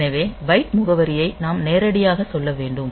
எனவே பைட் முகவரியை நாம் நேரடியாகச் சொல்ல வேண்டும்